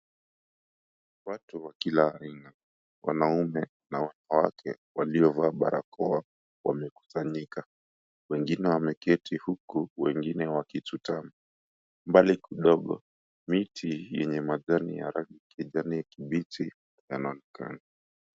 Watu wa kila aina wanaume na wanawake waliovaa barakoa wamekusanyika, wengine wameketi huku wengine wakichutama, mbali kidogo miti yenye majani ya rangi ya kijani kibichi yanaonekana.